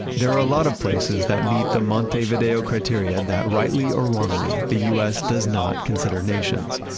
there are a lot of places that meet the montevideo criteria that, rightly or wrongly, the us does not consider nations.